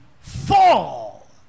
fall